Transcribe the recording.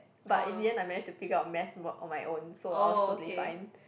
but in the end I manage to figure out Math o~ on my own so I was totally fine